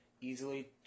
easily